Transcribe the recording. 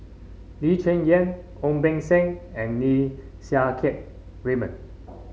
Lee Cheng Yan Ong Beng Seng and Lim Siang Keat Raymond